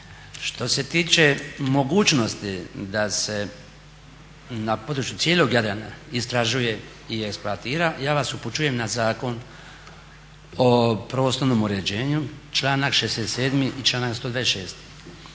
Što se tiče mogućnosti da se na području cijelog Jadrana istražuje i eksploatira ja vas upućujem na Zakon o prostornom uređenju članak 67.i članak 126.